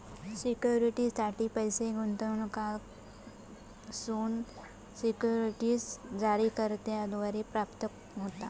सिक्युरिटीजसाठी पैस गुंतवणूकदारांकडसून सिक्युरिटीज जारीकर्त्याद्वारा प्राप्त होता